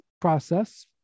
process